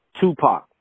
Tupac